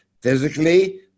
physically